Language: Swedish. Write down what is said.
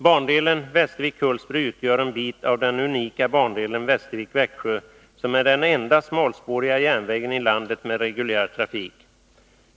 Bandelen Västervik-Hultsfred utgör en bit av den unika bandelen Västervik-Växjö, som är den enda smalspåriga järnvägen i landet med reguljär trafik.